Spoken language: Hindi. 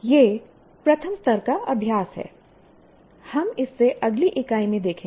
यह प्रथम स्तर का अभ्यास है हम इसे अगली इकाई में देखेंगे